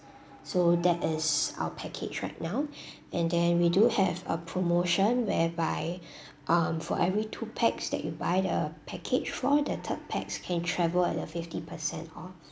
so that is our package right now and then we do have a promotion whereby um for every two pax that you buy the package for the third pax can travel at the fifty percent off